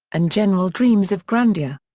and general dreams of grandeur.